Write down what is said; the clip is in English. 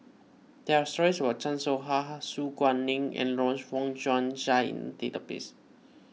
there are stories about Chan Soh Ha Su Guaning and Lawrence Wong Shyun Tsai in the database